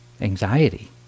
anxiety